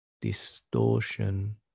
distortion